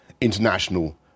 international